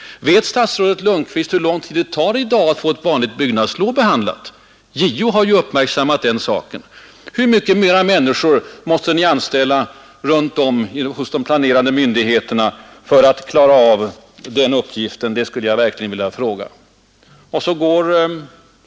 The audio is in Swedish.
Vet statsrådet Lundkvist hur lång tid det i dag tar att få ett vanligt byggnadslov behandlat? JO har ju uppmärksammat den saken. Hur många flera människor måste ni anställa runt om hos de planerande myndigheterna för att klara av den uppgiften? Det skulle jag verkligen vilja veta.